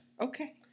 Okay